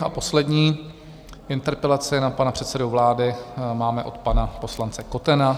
A poslední interpelaci, je na pana předsedu vlády, máme od pana poslance Kotena.